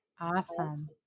Awesome